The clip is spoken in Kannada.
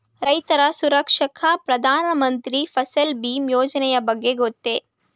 ರೈತ ಸುರಕ್ಷಾ ಪ್ರಧಾನ ಮಂತ್ರಿ ಫಸಲ್ ಭೀಮ ಯೋಜನೆಯ ಬಗ್ಗೆ ಗೊತ್ತೇ?